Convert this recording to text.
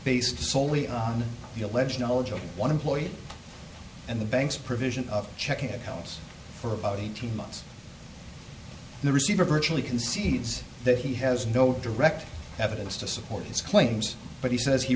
based soley on the alleged knowledge of one employee and the bank's provision of checking accounts for about eighteen months the receiver virtually concedes that he has no direct evidence to support his claims but he says he